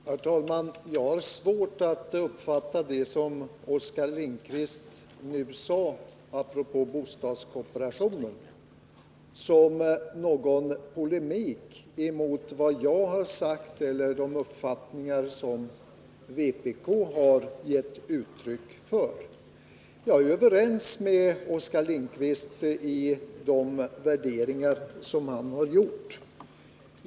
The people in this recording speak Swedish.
Herr talman! Jag har svårt att uppfatta det som Oskar Lindkvist sade apropå bostadskooperationen som någon polemik mot vad jag har sagt eller de uppfattningar som vpk har givit uttryck för. Jag är överens med Oskar Lindkvist om de värderingar han framfört.